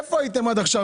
איפה הייתם עד עכשיו?